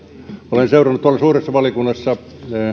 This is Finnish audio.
olen seurannut suuressa valiokunnassa